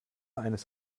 eines